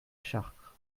chartres